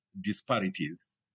disparities